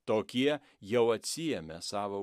tokie jau atsiėmė savo